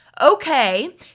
Okay